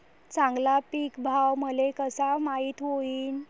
चांगला पीक भाव मले कसा माइत होईन?